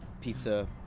pizza